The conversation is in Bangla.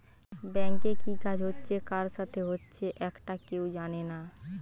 ব্যাংকে কি কাজ হচ্ছে কার সাথে হচ্চে একটা কেউ জানে না